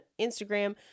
instagram